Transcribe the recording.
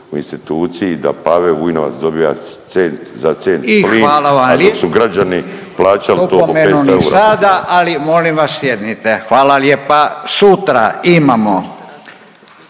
Hvala lijepa. Sutra imamo.